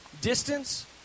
distance